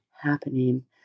happening